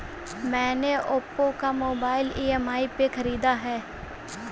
मैने ओप्पो का mobile EMI पे खरीदा है